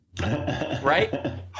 right